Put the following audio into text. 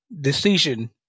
decision